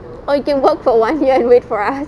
or you can work for one year and wait for us